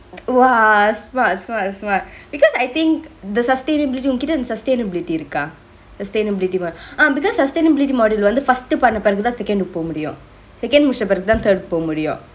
!wah! smart smart smart because I think the sustainably உன்கிட்ட அந்த:unkitte anthe sustainability இருக்கா:irukka sustainability ஆ:aa because sustainably module வந்து: vanthu first பன்ன பெரகுதா:panna piraguthaa second னுக்கு போக முடியு: nuku poge mudiyu second முடிச்சிட்ட பெரகுதா:mudichitte piraguthaa third போக முடியு:poge mudiyu